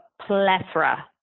plethora